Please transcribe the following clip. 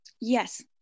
Yes